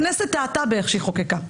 הכנסת טעתה בדרך שהיא חוקקה,